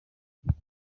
mbere